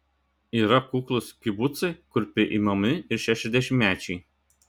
yra kuklūs kibucai kur priimami ir šešiasdešimtmečiai